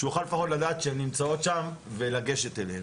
הוא יוכל לפחות לדעת שהן נמצאות שם ולגשת אליהן.